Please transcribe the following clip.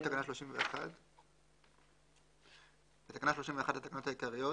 תיקון תקנה 31. בתקנה 31 לתקנות העיקריות,